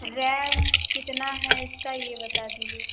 RAM कितना है इसका ये बता दीजिए